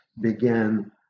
began